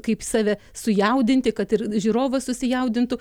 kaip save sujaudinti kad ir žiūrovas susijaudintų